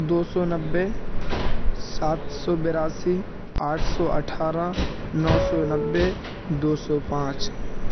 دو سو نبے سات سو براسی آٹھ سو اٹھارہ نو سو نبے دو سو پانچ